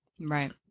Right